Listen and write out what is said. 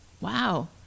wow